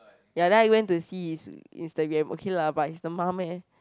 ya then I went to see his Instagram okay lah but is the mum eh